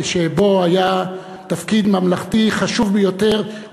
שבה היה תפקיד ממלכתי חשוב ביותר,